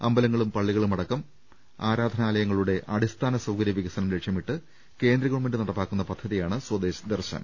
അമ്പലങ്ങളും പള്ളികളും അടക്കം ആരാധനാലയങ്ങളുടെ അടിസ്ഥാന സൌകര്യ വികസനം ലക്ഷ്യമിട്ട് കേന്ദ്രഗവർണ്മെന്റ് നടപ്പാക്കുന്ന പദ്ധതിയാണ് സ്വദേശ് ദർശൻ